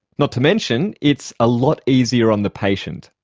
not to mention it's a lot easier on the patient.